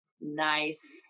Nice